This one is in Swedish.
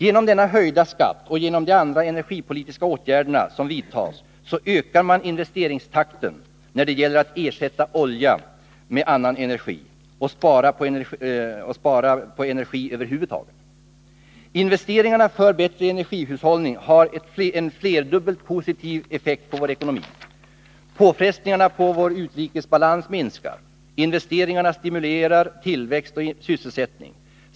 Genom denna höjda skatt och genom de andra energipolitiska åtgärder som vidtas så ökar man investeringstakten när det gäller att ersätta olja med andra energikällor samt över huvud taget spara på energiförbrukningen. Investeringarna för bättre energihushållning har en flerdubbelt positiv effekt på vår ekonomi. Påfrestningarna på vår utrikesbalans minskar. Investeringarna stimulerar tillväxt och sysselsättning.